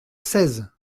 seize